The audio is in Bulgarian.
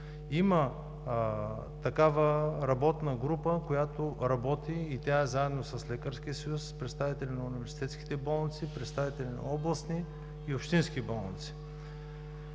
има такава работна група, която работи заедно с Лекарския съюз, представители на университетските болници, представители на областни и общински болници.